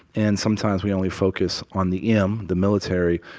and, sometimes, we only focus on the m, the military,